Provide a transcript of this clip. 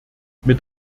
mit